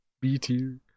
B-tier